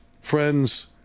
friends